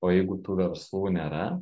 o jeigu tų verslų nėra